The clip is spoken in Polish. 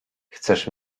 chcesz